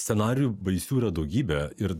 scenarijų baisių yra daugybė ir